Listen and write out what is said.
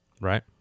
Right